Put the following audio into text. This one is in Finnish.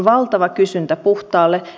arvoisa rouva puhemies